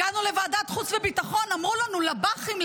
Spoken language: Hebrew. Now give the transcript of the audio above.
הגענו לוועדת החוץ והביטחון, אמרו לנו: לב"חים.